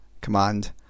command